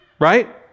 right